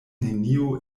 neniu